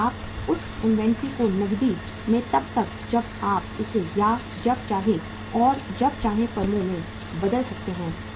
आप उस इन्वेंट्री को नकदी में तब और जब आप इसे या जब चाहें और जब चाहें फर्मों में बदल सकते हैं